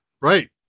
Right